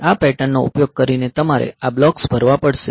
આ પેટર્નનો ઉપયોગ કરીને તમારે આ બ્લોક્સ ભરવા પડશે